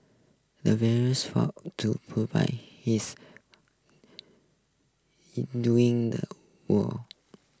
the veterans fought to his during the war